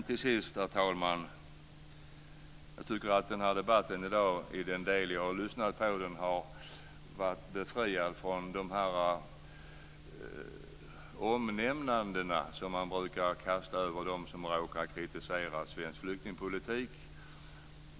Till sist, herr talman, tycker jag att den här debatten här i dag, i den del som jag har lyssnat på, har varit befriad från de omnämnanden som man brukar kasta över dem som råkar kritisera svensk flyktingpolitik.